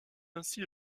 ainsi